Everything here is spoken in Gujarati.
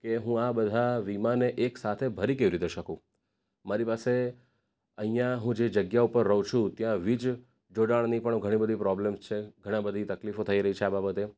કે હું આ બધા વીમાને એક સાથે ભરી કેવી રીતે શકું મારી પાસે અહીંયા હું જે જગ્યા ઉપર રહું છું ત્યાં વીજ જોડાણની પણ ઘણી બધી પ્રોબ્લેમ્સ છે ઘણા બધી તકલીફો થઈ રહી છે આ બાબતે